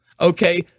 Okay